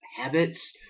habits